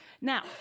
Now